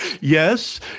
Yes